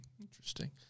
Interesting